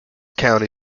county